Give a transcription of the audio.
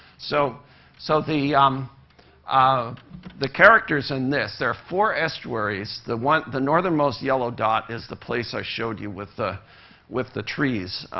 so so the um um the characters in this there are four estuaries. the one the northernmost yellow dot is the place i showed you with the with the trees